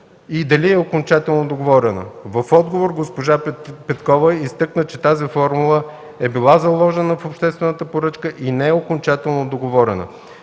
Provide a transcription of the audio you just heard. и дали е окончателно договорена. В отговор госпожа Петкова изтъкна, че тази формула е била заложена в обществената поръчка и не е окончателно договорена.